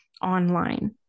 online